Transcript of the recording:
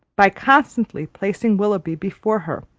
by constantly placing willoughby before her,